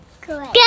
good